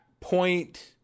point